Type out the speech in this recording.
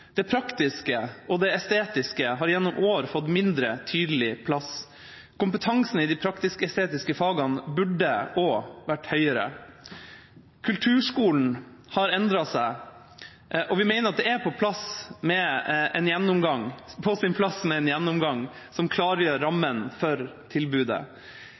Det praktiske og det estetiske har gjennom år fått mindre tydelig plass. Kompetansen i de praktisk-estetiske fagene burde også vært høyere. Kulturskolen har endret seg, og vi mener det er på sin plass med en gjennomgang som klargjør rammen for tilbudet.